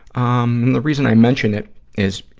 um and the reason i mention it is,